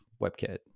WebKit